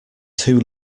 two